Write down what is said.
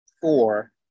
four